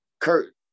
Kurt